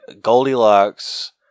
Goldilocks